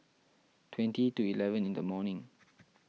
twenty to eleven in the morning